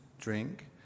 drink